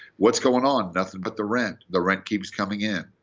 what's going on? nothing but the rent. the rent keeps coming in.